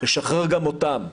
לשחרר גם אותם.